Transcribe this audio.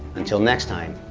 until next time,